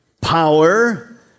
power